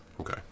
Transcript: Okay